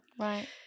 Right